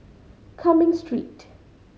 Cumming Street